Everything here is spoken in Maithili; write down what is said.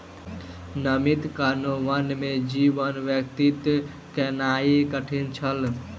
नमीक कारणेँ वन में जीवन व्यतीत केनाई कठिन छल